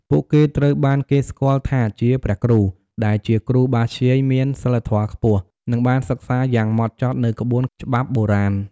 ពួកគេត្រូវបានគេស្គាល់ថាជា ព្រះគ្រូ ដែលជាគ្រូបាធ្យាយមានសីលធម៌ខ្ពស់ និងបានសិក្សាយ៉ាងហ្មត់ចត់នូវក្បួនច្បាប់បុរាណ។